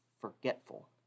forgetful